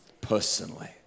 Personally